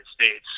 States